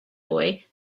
boy